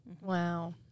Wow